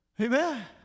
Amen